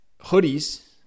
Hoodies